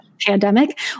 pandemic